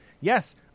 Yes